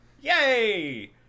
Yay